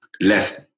Left